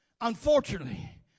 Unfortunately